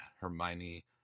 Hermione